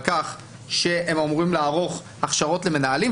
כך שהם אמורים לערוך הכשרות למנהלים,